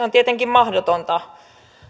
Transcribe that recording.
on tietenkin mahdotonta